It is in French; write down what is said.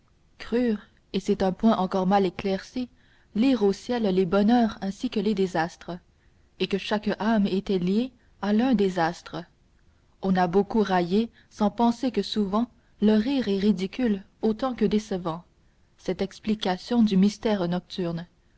crurent et c'est un point encor mal éclairci lire au ciel les bonheurs ainsi que les désastres et que chaque âme était liée à l'un des astres on a beaucoup raillé sans penser que souvent le rire est ridicule autant que décevant cette explication du mystère nocturne